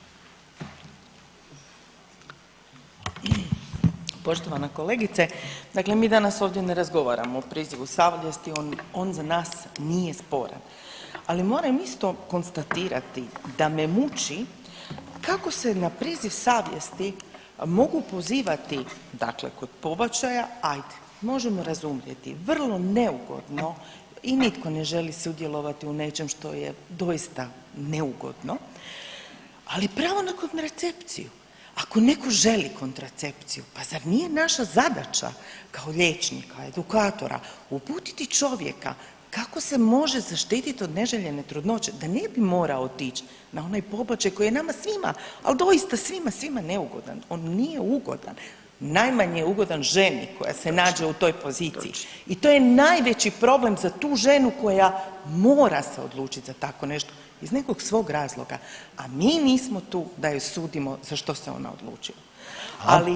Poštovana kolegice, dakle mi danas ovdje ne razgovaramo o prizivu savjesti, on za nas nije sporan, ali moram isto konstatirati da me muči kako se na priziv savjesti mogu pozivati dakle kod pobačaja ajde možemo razumjeti vrlo neugodno i nitko ne želi sudjelovati u nečem što je doista neugodno, ali pravo na kontracepciju, ako neko želi kontracepciju, pa zar nije naša zadaća kao liječnika, edukatora uputiti čovjeka kako se može zaštitit od neželjene trudnoće da ne bi morao otić na onaj pobačaj koji je nama svima, al doista svima, svima neugodan, on nije ugodan, najmanje je ugodan ženi koja se nađe u toj poziciji i to je najveći problem za tu ženu koja mora se odlučit za tako nešto iz nekog svog razloga, a mi nismo tu da joj sudimo za što se ona odlučila, ali pravo na…